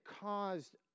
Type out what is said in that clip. caused